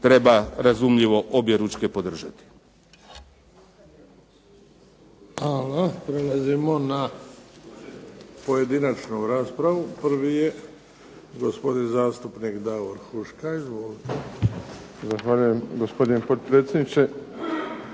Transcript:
treba razumljivo objeručke podržati.